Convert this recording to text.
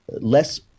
less